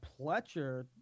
Pletcher